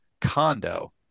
condo